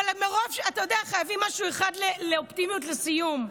אבל אתה יודע, חייבים משהו אחד לאופטימיות, לסיום,